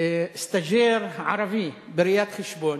סטאז'ר ערבי בראיית-חשבון,